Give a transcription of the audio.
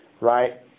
right